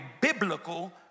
biblical